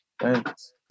Thanks